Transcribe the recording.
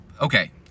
okay